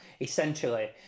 essentially